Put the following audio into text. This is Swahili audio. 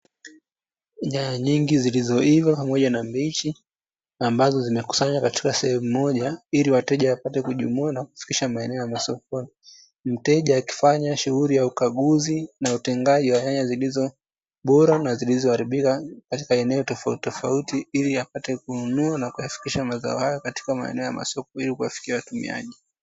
Nyanya nyingi zilizoiva pamoja na mbichi, ambazo zimekusanywa katika sehemu moja, ili wateja wapate kujumua na kufikisha maeneo ya sokoni. Mteja akifanya shughulia ya kikaguzi na utengaji wa nyanya zilizo bora na zilizoharibika katika eneo tofautitofauti, ili apate kununua na kuyafikisha mazao hayo katika maeneo ya masoko, ili kuwafikia watumiaji.